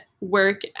work